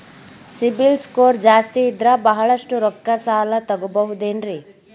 CIBIL score ಜಾಸ್ತಿ ಇದ್ರ ಬಹಳಷ್ಟು ರೊಕ್ಕ ಸಾಲ ತಗೋಬಹುದು ಏನ್ರಿ?